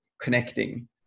connecting